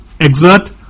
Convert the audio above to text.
exert